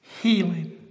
healing